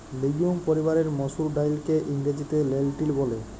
legume পরিবারের মসুর ডাইলকে ইংরেজিতে লেলটিল ব্যলে